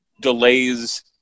delays